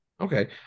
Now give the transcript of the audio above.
Okay